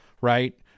right